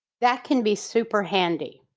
that can be super handy.